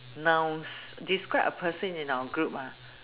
nouns describe a person in our group ah